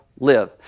live